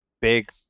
big